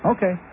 Okay